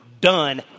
done